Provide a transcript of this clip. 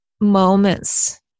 moments